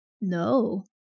No